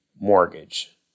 mortgage